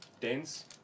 Dense